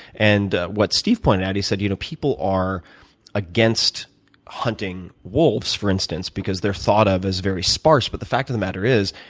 and what steve pointed out, he said you know people are against hunting wolves, for instance, because they're thought of as very sparse. but the fact of the matter is,